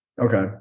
Okay